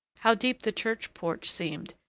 how deep the church porch seemed,